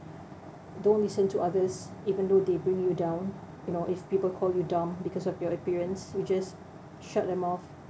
don't listen to others even though they bring you down you know if people call you dumb because of your appearance you just shut them off